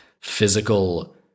physical